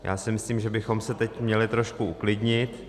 Já si myslím, že bychom se teď měli trošku uklidnit.